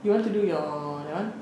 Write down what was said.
you want to do your that one